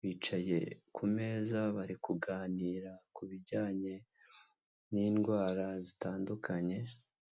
bicaye ku meza bari kuganira ku bijyanye n'indwara zitandukanye.